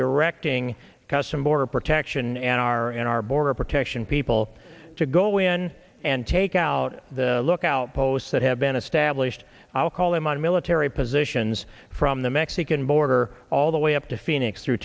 directing custom border protection and our in our border protection people to go in and take out the lookout posts that have been established i'll call them on military positions from the mexican border all the way up to phoenix